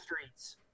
streets